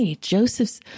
Joseph's